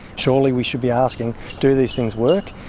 surely we should be asking do these things work,